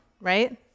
right